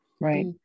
Right